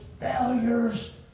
failures